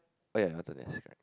oh ya also that's it